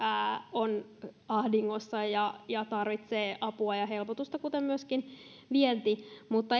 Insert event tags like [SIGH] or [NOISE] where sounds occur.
on ahdingossa ja ja tarvitsee apua ja helpotusta kuten myöskin vienti mutta [UNINTELLIGIBLE]